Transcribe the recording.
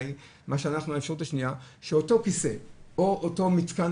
האפשרות השנייה שאותו כיסא או אותו מתקן